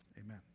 Amen